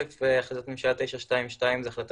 קודם כל החלטת ממשלה 922 זו החלטה